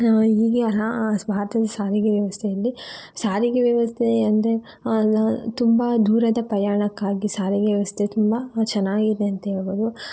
ಹೀಗೆ ಸ್ವಾತನ್ ಸಾರಿಗೆ ವ್ಯವಸ್ಥೆಯಲ್ಲಿ ಸಾರಿಗೆ ವ್ಯವಸ್ಥೆ ಅಂದರೆ ತುಂಬ ದೂರದ ಪ್ರಯಾಣಕ್ಕಾಗಿ ಸಾರಿಗೆ ವ್ಯವಸ್ಥೆ ತುಂಬ ಚೆನ್ನಾಗಿದೆ ಅಂತ ಹೇಳ್ಬೋದು